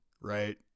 right